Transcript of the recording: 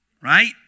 right